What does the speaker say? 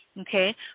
Okay